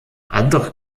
andere